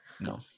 No